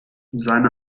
seine